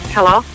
Hello